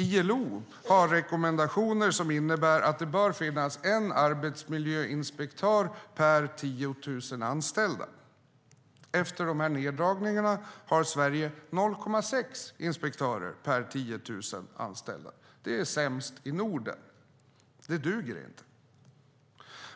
ILO har rekommendationer som innebär att det bör finnas en arbetsmiljöinspektör per 10 000 anställda. Efter dessa neddragningar har Sverige 0,6 inspektörer per 10 000 anställda. Det är sämst i Norden. Det duger inte.